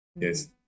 Yes